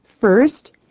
First